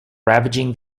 ravaging